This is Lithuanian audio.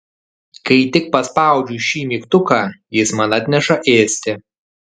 kai tik paspaudžiu šį mygtuką jis man atneša ėsti